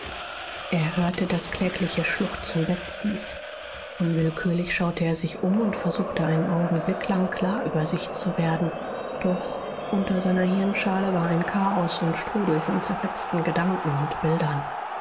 er hörte das klägliche schluchzen betsys unwillkürlich schaute er sich um und versuchte einen augenblick lang klar über sich zu werden doch unter seiner hirnschale war ein chaos und strudel von zerfetzten gedanken und bildern